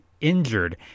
injured